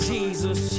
Jesus